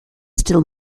still